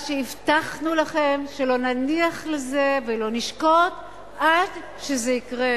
שהבטחנו לכם שלא נניח לזה ולא נשקוט עד שזה יקרה,